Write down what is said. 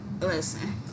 Listen